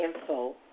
info